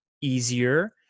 easier